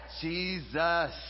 Jesus